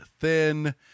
thin